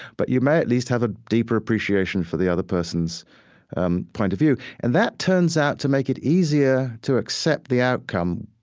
but you might at least have a deeper appreciation for the other person's um point of view, and that turns out to make it easier to accept the outcome,